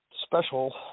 special